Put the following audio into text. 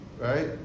right